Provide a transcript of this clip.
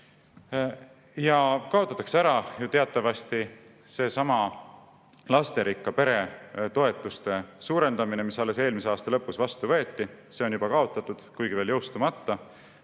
kaotatakse ära lasterikka pere toetuse suurendamine, mis alles eelmise aasta lõpus vastu võeti. See on juba kaotatud, kuigi veel jõustumata.